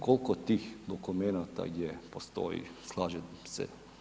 Koliko tih dokumenata postoji slažem se.